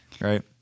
Right